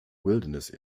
wilderness